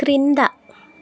క్రింద